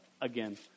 again